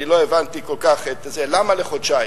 אני לא הבנתי כל כך למה לחודשיים.